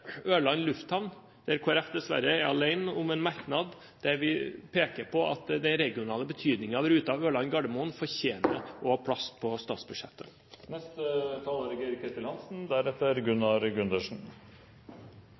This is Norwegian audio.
Ørland lufthavn, der Kristelig Folkeparti dessverre er alene om en merknad der vi peker på at den regionale betydningen av ruten Ørland–Gardermoen fortjener å ha plass på